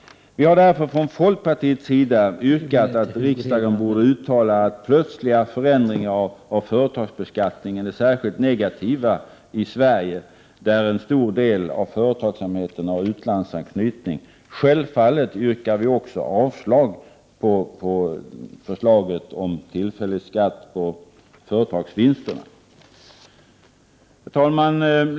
Vi har därför från folkpartiets sida yrkat att riksdagen borde uttala att plötsliga förändringar av företagsbeskattningen är särskilt negativa i Sverige, där en stor del av företagsamheten har utlandsanknytning. Självfallet yrkar vi också avslag på förslaget om tillfällig skatt på företagsvinsterna. Herr talman!